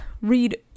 read